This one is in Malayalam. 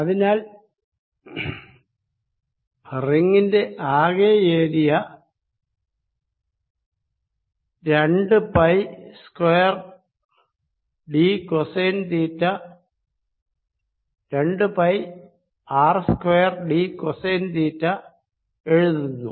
അതിനാൽ റിങ്ങിന്റെ ആകെ ഏരിയ രണ്ട് pi R square d cosine theta എന്ന് എഴുതുന്നു